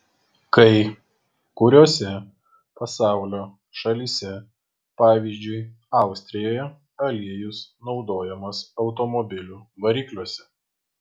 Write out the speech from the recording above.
kai kuriose pasaulio šalyse pavyzdžiui austrijoje aliejus naudojamas automobilių varikliuose